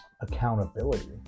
accountability